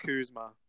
Kuzma